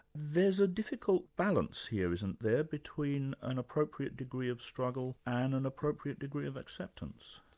there's a difficult balance here, isn't there, between an appropriate degree of struggle and an appropriate degree of acceptance?